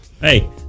Hey